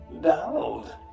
Donald